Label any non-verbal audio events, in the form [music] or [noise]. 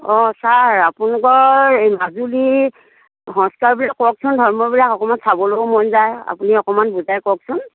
অ sir আপোনালোকৰ এই মাজুলী [unintelligible] মই বোলো অকণমান চাবলৈও মন যায় আপুনি অকণমান বুজাই কওকচোন